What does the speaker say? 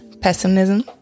pessimism